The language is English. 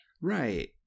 Right